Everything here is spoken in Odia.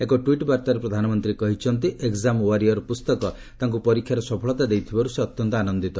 ଏକ ଟ୍ୱିଟ୍ ବାର୍ତ୍ତାରେ ପ୍ରଧାନମନ୍ତ୍ରୀ କହିଛନ୍ତି ଏକ୍ଜାମ୍ ଓାରିୟର୍ ପୁସ୍ତକ ତାଙ୍କୁ ପରୀକ୍ଷାରେ ସଫଳତା ଦେଇଥିବାରୁ ସେ ଅତ୍ୟନ୍ତ ଆନନ୍ଦିତ